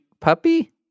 puppy